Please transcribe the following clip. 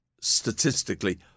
statistically